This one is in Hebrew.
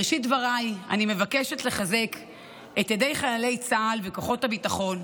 בראשית דבריי אני מבקשת לחזק את ידי חיילי צה"ל וכוחות הביטחון.